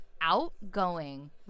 outgoing